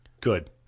Good